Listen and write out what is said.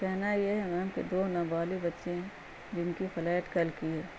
کہنا یہ ہے میم کہ دو ن والے بچے ہیں جن کی فلیٹ کل کی ہے